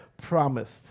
promised